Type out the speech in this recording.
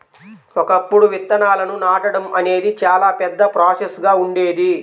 ఒకప్పుడు విత్తనాలను నాటడం అనేది చాలా పెద్ద ప్రాసెస్ గా ఉండేది